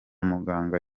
muganga